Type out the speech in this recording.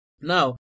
now